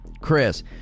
Chris